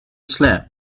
slept